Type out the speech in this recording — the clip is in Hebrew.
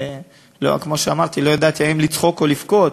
כמו שאמרתי, לא ידעתי אם לצחוק או לבכות.